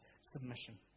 submission